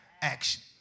action